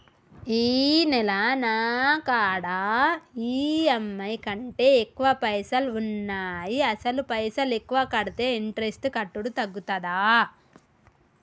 ఈ నెల నా కాడా ఈ.ఎమ్.ఐ కంటే ఎక్కువ పైసల్ ఉన్నాయి అసలు పైసల్ ఎక్కువ కడితే ఇంట్రెస్ట్ కట్టుడు తగ్గుతదా?